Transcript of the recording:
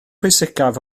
pwysicaf